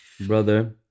Brother